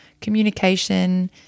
communication